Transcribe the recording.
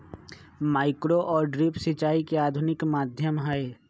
micro और drip सिंचाई के आधुनिक माध्यम हई